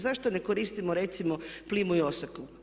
Zašto ne koristimo recimo plimu i oseku?